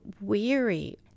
weary